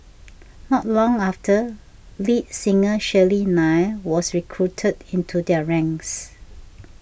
not long after lead singer Shirley Nair was recruited into their ranks